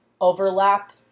overlap